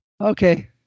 okay